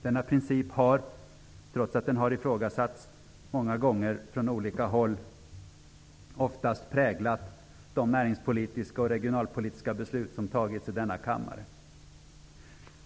Denna princip har, trots att den har ifrågasatts många gånger från olika håll, oftast präglat de näringspolitiska och regionalpolitiska beslut som har fattats i denna kammare.